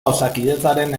osakidetzaren